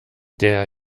der